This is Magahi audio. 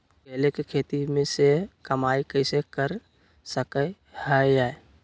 केले के खेती से कमाई कैसे कर सकय हयय?